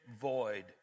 void